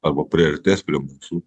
arba priartės prie mūsų